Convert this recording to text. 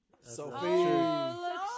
Sophie